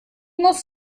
muss